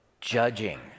Judging